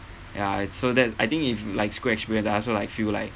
ya it's so that I think if like school experience and I also like feel like